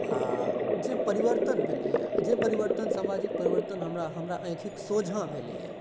आ जे परिवर्तन भेलैए जे परिवर्तन समाजिक परिवर्तन हमरा हमरा आँखिक सोझाँ भेलैए